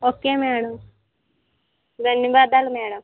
okay madam ధన్యవాదాలు madam